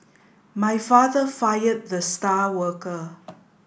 my father fired the star worker